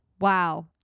Wow